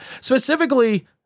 specifically